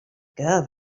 girl